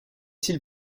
s’il